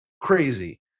Crazy